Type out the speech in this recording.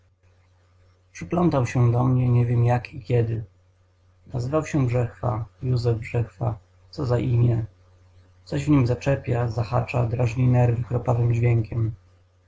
przyplątał się do mnie nie wiem jak i kiedy nazywał się brzechwa józef brzechwa co za imię coś w niem zaczepia zahacza drażni nerwy chropawym dźwiękiem